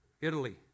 Italy